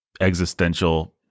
existential